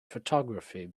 photography